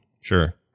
Sure